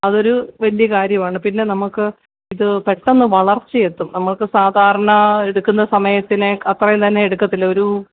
അതൊരു വലിയ കാര്യമാണ് പിന്നെ നമുക്കിത് പെട്ടെന്ന് വളർച്ചയെത്തും നമുക്ക് സാധാരണ എടുക്കുന്ന സമയത്തിനെക്കാള് അത്രയും തന്നെ എടുക്കില്ല ഒരു